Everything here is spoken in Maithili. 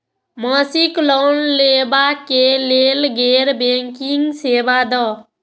मासिक लोन लैवा कै लैल गैर बैंकिंग सेवा द?